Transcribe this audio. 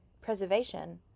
Preservation